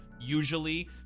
usually